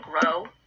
grow